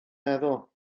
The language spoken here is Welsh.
meddwl